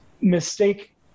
mistake